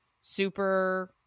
super